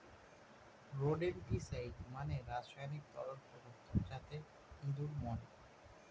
rodenticide মানে রাসায়নিক তরল পদার্থ যাতে ইঁদুর মরে